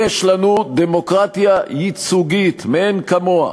יש לנו דמוקרטיה ייצוגית מאין כמוה.